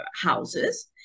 houses